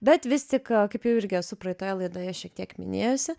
bet vis tik kaip jau irgi esu praeitoje laidoje šiek tiek minėjusi